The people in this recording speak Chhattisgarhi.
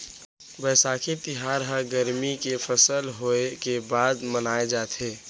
बयसाखी तिहार ह गरमी के फसल होय के बाद मनाए जाथे